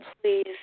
please